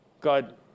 God